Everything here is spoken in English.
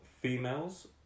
females